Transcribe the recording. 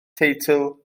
teitl